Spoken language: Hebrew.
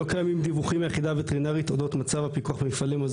לא קיימים דיווחים מהיחידה הווטרינרית אודות מצב הפיקוח למפעלים".